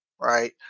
Right